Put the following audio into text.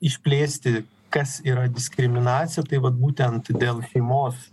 išplėsti kas yra diskriminacija tai vat būtent dėl šeimos